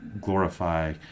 glorify